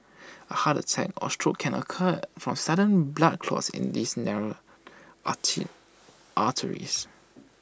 A heart attack or stroke can occur from sudden blood clots in these narrowed arteries